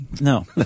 No